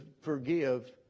forgive